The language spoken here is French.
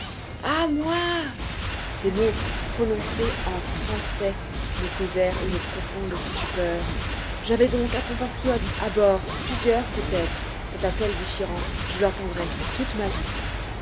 à moi ces mots prononcés en français me causèrent une profonde stupeur j'avais donc un compatriote à bord plusieurs peut-être cet appel déchirant je l'entendrai toute ma vie